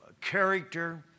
character